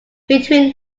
between